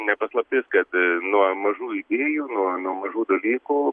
ne paslaptis kad nuo mažų idėjų nuo nuo mažų dalykų